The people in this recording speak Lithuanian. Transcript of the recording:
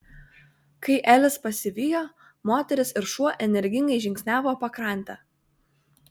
kai elis pasivijo moteris ir šuo energingai žingsniavo pakrante